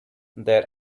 their